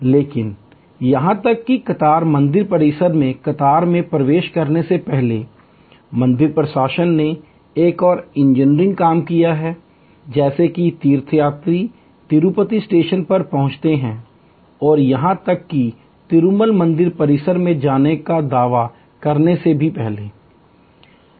लेकिन यहां तक कि कतार मंदिर परिसर में कतार में प्रवेश करने से पहले मंदिर प्रशासन ने एक और इंजीनियरिंग काम किया है जैसे ही तीर्थयात्री तिरुपति स्टेशन पर पहुंचते हैं और यहां तक कि तिरुमल मंदिर परिसर में जाने का दावा करने से पहले भी